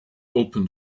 open